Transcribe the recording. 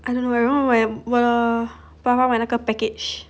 I don't know 我爸爸买那个 package